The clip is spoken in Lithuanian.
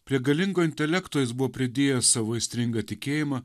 prie galingo intelekto jis buvo pridėjęs savo aistringą tikėjimą